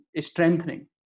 strengthening